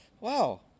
Wow